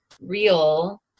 real